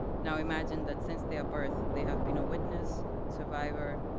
now imagine that since their birth, they have been a witness, survivor,